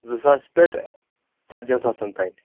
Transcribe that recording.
زٕ ساس پٮ۪ٹھ ژَتجی ہَن ساسَن تام